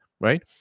right